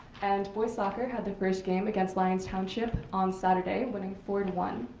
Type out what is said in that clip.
and boys' soccer had their first game against lions township on saturday, winning four to one.